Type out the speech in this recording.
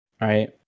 right